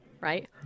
right